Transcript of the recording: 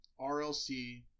RLC